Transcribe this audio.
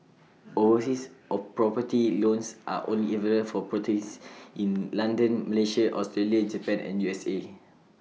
overseas all property loans are only available for in London Malaysia Australia Japan and U S A